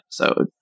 episode